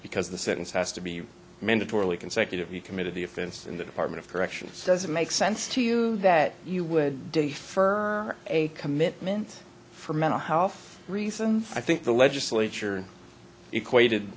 because the sentence has to be mandatorily consecutive he committed the offense in the department of corrections does it make sense to you that you would defer a commitment for mental health reasons i think the legislature equated